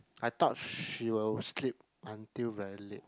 I thought she will sleep until very late